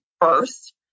first